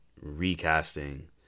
recasting